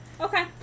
Okay